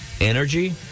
energy